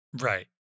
Right